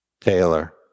Taylor